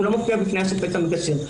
הוא לא מופיע בפני השופט המגשר.